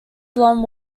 blonde